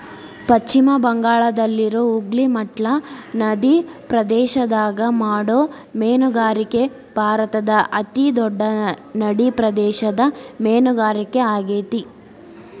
ಪಶ್ಚಿಮ ಬಂಗಾಳದಾಗಿರೋ ಹೂಗ್ಲಿ ಮಟ್ಲಾ ನದಿಪ್ರದೇಶದಾಗ ಮಾಡೋ ಮೇನುಗಾರಿಕೆ ಭಾರತದ ಅತಿ ದೊಡ್ಡ ನಡಿಪ್ರದೇಶದ ಮೇನುಗಾರಿಕೆ ಆಗೇತಿ